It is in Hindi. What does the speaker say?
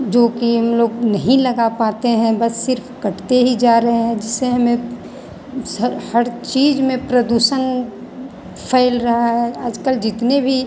जो कि हम लोग नहीं लगा पाते हैं बस सिर्फ कटते ही जा रहे हैं जिससे हमें हर चीज में प्रदूषण फ़ैल रहा है आजकल जितने भी